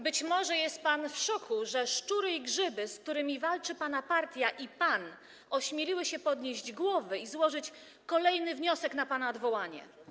Być może jest pan w szoku, że szczury i grzyby, z którymi walczą pana partia i pan, ośmieliły się podnieść głowy i złożyć kolejny wniosek o pana odwołanie.